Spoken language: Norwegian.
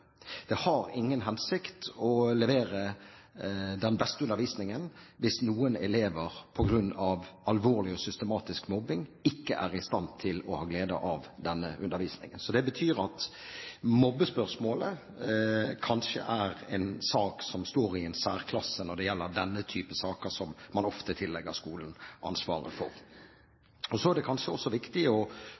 Det har ingen hensikt å levere den beste undervisningen hvis noen elever på grunn av alvorlig og systematisk mobbing ikke er i stand til å ha glede av den undervisningen. Det betyr at mobbespørsmålet kanskje er en sak som står i en særklasse når det gjelder denne type saker, der man ofte tillegger skolen ansvaret. Så er det også viktig å